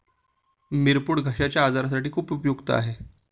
मिरपूड घश्याच्या आजारासाठी खूप उपयुक्त आहे